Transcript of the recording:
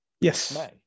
Yes